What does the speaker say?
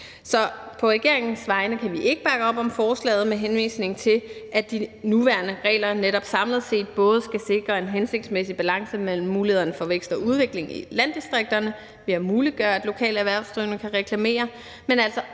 på regeringens vegne kan vi ikke bakke op om forslaget, med henvisning til at de nuværende regler netop samlet set både skal sikre en hensigtsmæssig balance mellem mulighederne for vækst og udvikling i landdistrikterne ved at muliggøre, at lokale erhvervsdrivende kan reklamere,